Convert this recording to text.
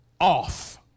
off